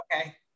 Okay